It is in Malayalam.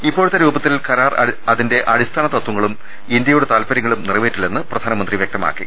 ഇപ്പോഴത്തെ രൂപത്തിൽ കരാർ അതിന്റെ അടിസ്ഥാന തത്വങ്ങളും ഇന്ത്യയുടെ താൽപരൃങ്ങളും നിറ വേറ്റില്ലെന്ന് പ്രധാനമന്ത്രി വ്യക്തമാക്കി